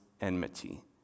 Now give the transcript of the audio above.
enmity